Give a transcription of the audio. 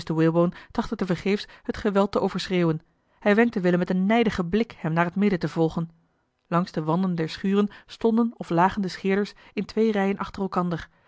walebone trachtte te vergeefs het geweld te overschreeuwen hij wenkte willem met een nijdigen blik hem naar het midden te volgen langs de wanden der schuur stonden of lagen de scheerders in twee rijen achter elkander